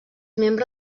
membre